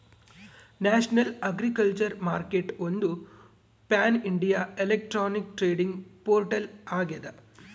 national agriculture ಮಾರ್ಕೆಟ್ಒಂದು pan India electronic trading portal ಆಗ್ಯದ